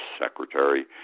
Secretary